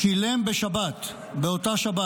שילם בשבת, באותה שבת.